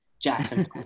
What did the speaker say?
Jackson